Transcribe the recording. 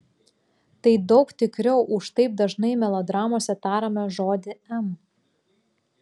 tai daug tikriau už taip dažnai melodramose tariamą žodį m